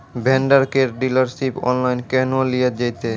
Vendor केर dealership online केहनो लियल जेतै?